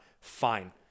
fine